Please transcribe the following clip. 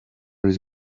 his